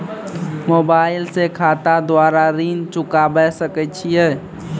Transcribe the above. Mobile से खाता द्वारा ऋण चुकाबै सकय छियै?